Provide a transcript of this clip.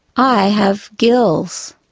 i have gills.